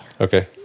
Okay